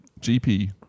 GP